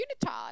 unitard